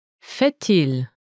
fait-il